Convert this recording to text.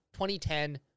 2010